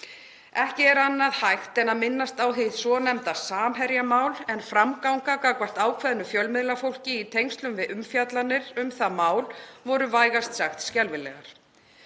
Ekki er annað hægt en að minnast á hið svonefnda Samherjamál, en framgangan gagnvart ákveðnu fjölmiðlafólki í tengslum við umfjallanir um það mál var vægast sagt skelfileg.